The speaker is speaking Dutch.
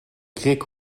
krik